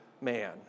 man